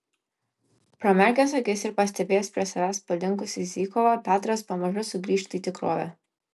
pramerkęs akis ir pastebėjęs prie savęs palinkusį zykovą petras pamažu sugrįžta į tikrovę